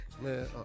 man